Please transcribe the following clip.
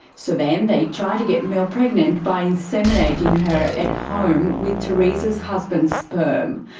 so then they tried to get mel pregnant by inseminating her at home with tereasa's husband's sperm.